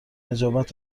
نجابت